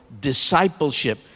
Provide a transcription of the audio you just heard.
discipleship